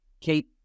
Kate